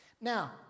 Now